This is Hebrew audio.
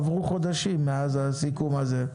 עברו חודשים מאז הסיכום הזה.